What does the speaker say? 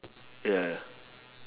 ya ya